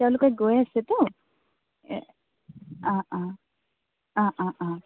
তেওঁলোকে গৈ আছেতো অঁ অঁ অঁ অঁ অঁ